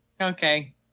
Okay